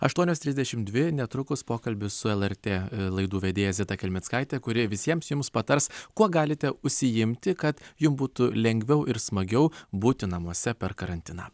aštuonios trisdešimt dvi netrukus pokalbis su lrt laidų vedėja zita kelmickaite kuri visiems jums patars kuo galite užsiimti kad jum būtų lengviau ir smagiau būti namuose per karantiną